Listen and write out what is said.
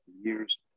years